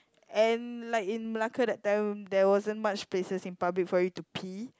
and like in Melaka that time there wasn't much places in public for you to pee